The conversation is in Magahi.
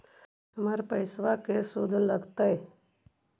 हमर पैसाबा के शुद्ध लगतै?